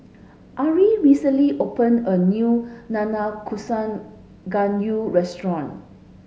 Ari recently opened a new Nanakusa Gayu restaurant